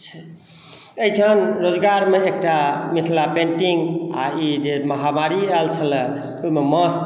छै एहिठाम रोजगार मे एकटा मिथिला पेन्टिंग आ ई जे महामारी आयल छलाए ओहिमे मास्क